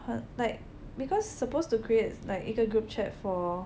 很 like because supposed to create like either group chat for